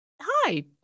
Hi